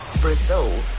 Brazil